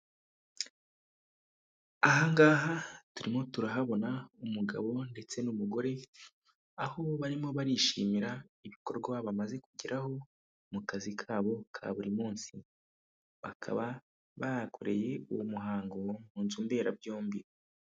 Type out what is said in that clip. Ahangaha turimo turahabona umugabo ndetse n'umugore, aho barimo barishimira ibikorwa bamaze kugeraho mu kazi kabo ka buri munsi bakaba bakoreye uwo muhango mu nzu mberabyombi.